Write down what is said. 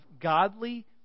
godly